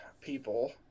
people